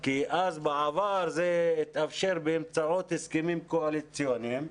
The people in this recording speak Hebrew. כי אז בעבר זה התאפשר באמצעות הסכמים קואליציוניים.